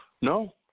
No